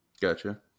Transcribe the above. Gotcha